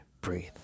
breathe